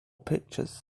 pictures